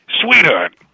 sweetheart